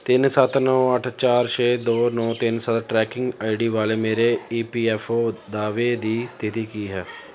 ਤਿੰਨ ਸੱਤ ਨੌਂ ਅੱਠ ਚਾਰ ਛੇ ਦੋ ਨੌਂ ਤਿੰਨ ਸੱਤ ਟਰੈਕਿੰਗ ਆਈ ਡੀ ਵਾਲੇ ਮੇਰੇ ਈ ਪੀ ਐਫ ਓ ਦਾਅਵੇ ਦੀ ਸਥਿਤੀ ਕੀ ਹੈ